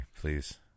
please